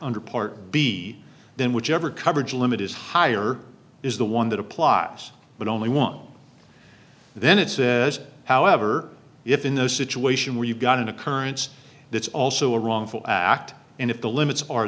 under part b then whichever coverage limit is higher is the one that applies but only one then it says however if in the situation where you've got an occurrence that's also a wrongful act and if the limits are